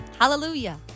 Hallelujah